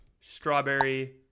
strawberry